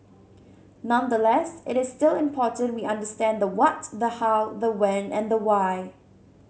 nonetheless it is still important we understand the what the how the when and the why